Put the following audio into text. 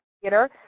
Theater